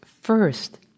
First